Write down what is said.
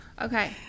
Okay